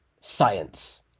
science